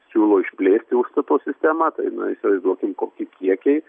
siūlo išplėsti užstato sistemą tai na įsivaizduokim kokie kiekiai